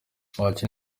bwacyi